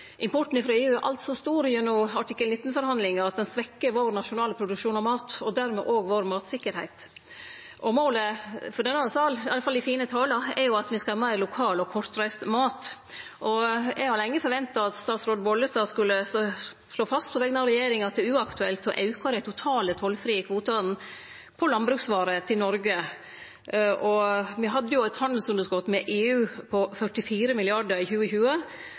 Importen frå EU er alt så stor gjennom artikkel 19-forhandlingane at han svekkjer vår nasjonale produksjon av mat og dermed òg matsikkerheita vår. Målet for denne sal, iallfall i fine talar, er at me skal ha meir lokal og kortreist mat, og eg har lenge forventa at statsråd Vervik Bollestad skulle slå fast på vegner av regjeringa at det er uaktuelt å auke dei lokale tollfrie kvotane på landbruksvarer til Noreg. Me hadde jo eit handelsunderskot med EU på 44 mrd. kr i 2020